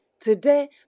today